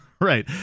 Right